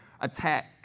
attack